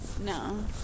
No